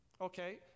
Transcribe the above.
Okay